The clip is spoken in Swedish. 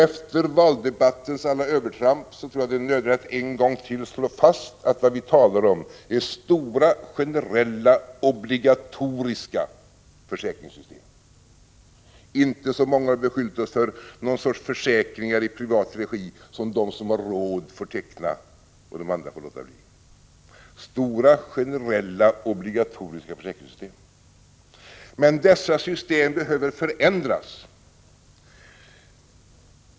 Efter valdebattens alla övertramp tror jag att det är nödvändigt att en gång till slå fast att vad vi talar om är stora generella och Obligatoriska försäkringssystem. Inte — som många beskyllt oss för — om någon sorts försäkring i privat regi, som de som har råd får teckna medan de andra får låta bli. Men dessa stora generella och obligatoriska försäkringssys tem behöver förändras.